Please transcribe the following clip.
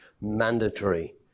mandatory